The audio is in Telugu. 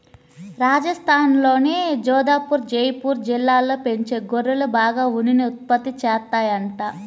రాజస్థాన్లోని జోధపుర్, జైపూర్ జిల్లాల్లో పెంచే గొర్రెలు బాగా ఉన్నిని ఉత్పత్తి చేత్తాయంట